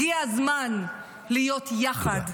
הגיע הזמן להיות יחד,